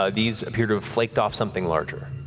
ah these appear to have flaked off something larger.